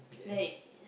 like